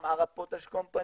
גם Arab Potash Company,